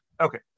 Okay